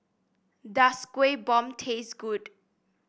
does Kueh Bom taste good